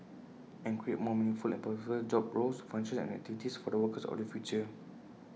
and create more meaningful and purposeful job roles functions and activities for the workers of the future